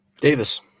Davis